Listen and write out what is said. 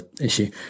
issue